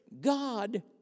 God